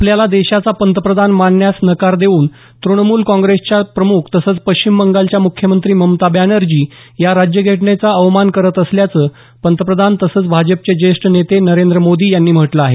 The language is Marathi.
आपल्याला देशाचा पंतप्रधान मानण्यास नकार देऊन तृणमूल काँग्रेसच्या प्रमुख तसंच पश्चिम बंगालच्या मुख्यमंत्री ममता बॅनर्जी या राज्यघटनेचा अवमान करत असल्याचं पंतप्रधान तसंच भाजपचे ज्येष्ठ नेते नरेंद्र मोदी यांनी म्हटलं आहे